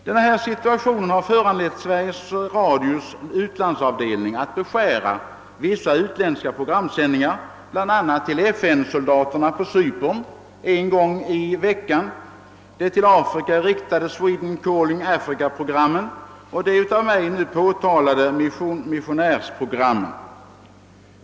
Dagens situation har föranlett Sveriges Radios utlandsavdelning att beskära vissa utländska programsändningar — bl.a. till FN-soldater på Cypern en gång i veckan, det till Afrika riktade »Sweden Calling Africa»-programmet och de av mig nu aktualiserade missionärsprogrammen.